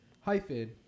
hyphen